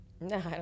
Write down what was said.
No